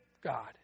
God